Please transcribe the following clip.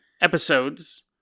episodes